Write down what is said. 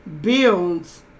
builds